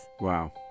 Wow